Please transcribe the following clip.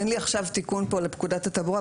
אין לי עכשיו תיקון פה לפקודת התעבורה,